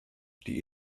die